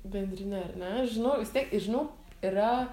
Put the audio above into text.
bendrine ar ne žinau vis tiek i žinau yra